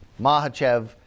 Mahachev